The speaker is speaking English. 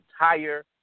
entire